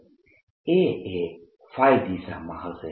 A એ દિશામાં હશે